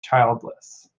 childless